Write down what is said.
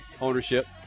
ownership